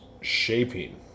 shaping